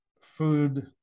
food